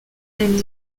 and